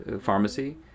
pharmacy